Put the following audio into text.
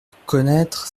reconnaître